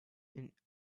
and